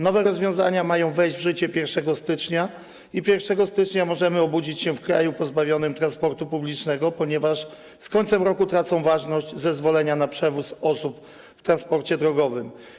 Nowe rozwiązania mają wejść w życie 1 stycznia i 1 stycznia możemy obudzić się w kraju pozbawionym transportu publicznego, ponieważ z końcem roku tracą ważność zezwolenia na przewóz osób w transporcie drogowym.